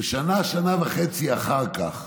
ושנה-שנה וחצי אחר כך